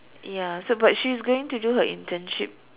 ya so but she's going to do her internship